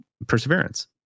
perseverance